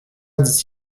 dit